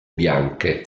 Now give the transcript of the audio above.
bianche